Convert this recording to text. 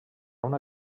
una